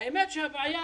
מעוניינים.